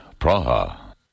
Praha